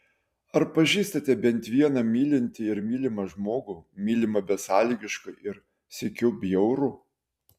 ar pažįstate bent vieną mylintį ir mylimą žmogų mylimą besąlygiškai ir sykiu bjaurų